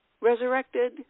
resurrected